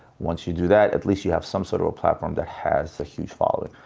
once you do that, at least you have some sort of platform that has a huge following.